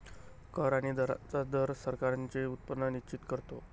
कर आणि दरांचा दर सरकारांचे उत्पन्न निश्चित करतो